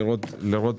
לראות